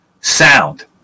sound